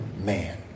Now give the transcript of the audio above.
man